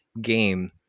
game